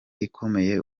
ikomeye